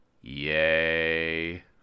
yay